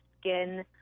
skin